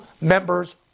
members